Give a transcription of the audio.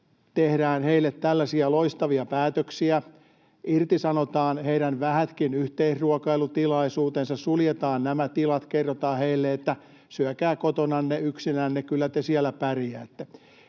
tehdään tällaisia loistavia päätöksiä, kuten että irtisanotaan heidän vähätkin yhteisruokailutilaisuutensa — suljetaan nämä tilat ja kerrotaan heille, että syökää kotonanne yksinänne, kyllä te siellä pärjäätte